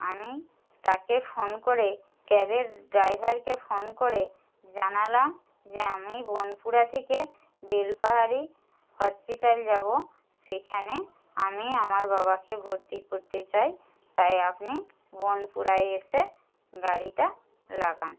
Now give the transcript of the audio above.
আমি তাকে ফোন করে ক্যাবের ড্রাইভারকে ফোন করে জানালাম যে আমি বনপুড়া থেকে বেলপাহাড়ি হসপিটাল যাব সেখানে আমি আমার বাবাকে ভর্তি করতে চাই তাই আপনি বনপুড়ায় এসে গাড়িটা লাগান